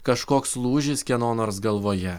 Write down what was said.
kažkoks lūžis kieno nors galvoje